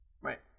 right